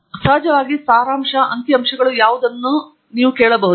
ಮತ್ತು ಸಹಜವಾಗಿ ಸಾರಾಂಶ ಅಂಕಿ ಅಂಶಗಳು ಯಾವುದನ್ನು ಕೇಳಬಹುದು